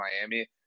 Miami